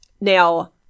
now